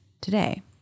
today